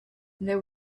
there